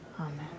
Amen